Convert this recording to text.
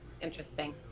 interesting